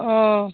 অঁ